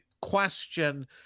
question